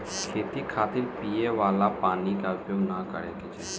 खेती खातिर पिए वाला पानी क उपयोग ना करे के चाही